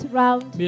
round